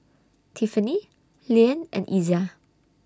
Tiffany Liane and Iza